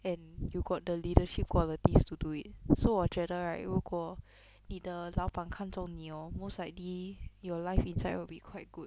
and you got the leadership qualities to do it so 我觉得 right 如果你的老板看重你 hor most likely your life inside will be quite good